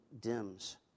dims